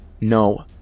No